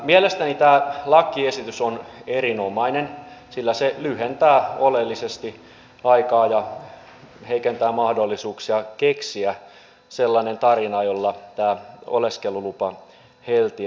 mielestäni tämä lakiesitys on erinomainen sillä se lyhentää oleellisesti aikaa ja heikentää mahdollisuuksia keksiä sellainen tarina jolla tämä oleskelulupa heltiää